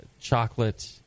chocolate